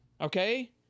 okay